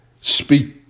Speak